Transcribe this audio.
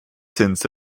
since